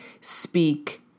speak